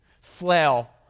flail